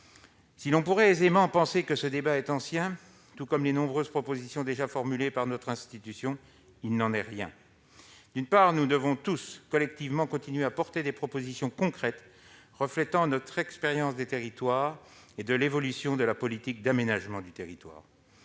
On pourrait aisément penser que ce débat est ancien, tout comme les nombreuses propositions déjà formulées par notre institution, mais il n'en est rien. D'une part, nous devons tous collectivement continuer à porter des propositions concrètes, reflétant notre expérience des territoires et de l'évolution de la politique d'aménagement du territoire